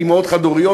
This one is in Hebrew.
לאימהות חד-הוריות,